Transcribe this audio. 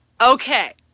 okay